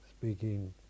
speaking